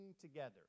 together